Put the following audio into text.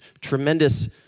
tremendous